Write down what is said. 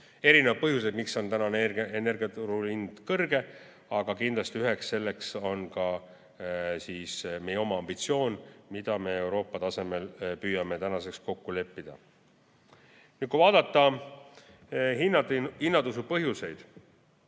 põhjused, miks on tänane energia turuhind kõrge, aga kindlasti üheks põhjuseks on ka meie oma ambitsioon, mida me Euroopa tasemel püüame kokku leppida. Kui vaadata hinnatõusu põhjuseid,